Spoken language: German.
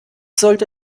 sollte